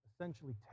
essentially